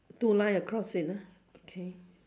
two line across it ah okay